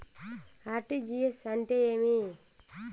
RTGS అంటే ఏమి?